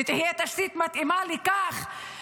ותהיה תשתית מתאימה לכך,